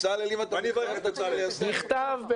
בכתב,